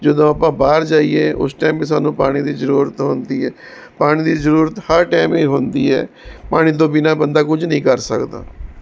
ਜਦੋਂ ਆਪਾਂ ਬਾਹਰ ਜਾਈਏ ਉਸ ਟਾਈਮ ਵੀ ਸਾਨੂੰ ਪਾਣੀ ਦੀ ਜ਼ਰੂਰਤ ਹੁੰਦੀ ਹੈ ਪਾਣੀ ਦੀ ਜ਼ਰੂਰਤ ਹਰ ਟਾਈਮ ਹੀ ਹੁੰਦੀ ਹੈ ਪਾਣੀ ਤੋਂ ਬਿਨਾਂ ਬੰਦਾ ਕੁਝ ਨਹੀਂ ਕਰ ਸਕਦਾ